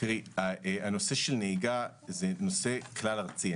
נושא של נהיגה הוא נושא כלל ארצי.